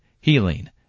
healing